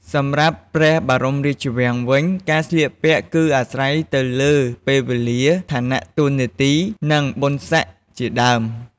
សម្រាប់ព្រះបរមរាជវាំងវិញ ការស្លៀកពាក់គឺអាស្រ័យទៅលើ ពេលវេលា ឋានៈតួនាទី និងបុណ្យស័ក្ដិជាដើម។